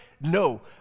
No